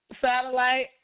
Satellite